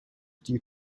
due